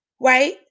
right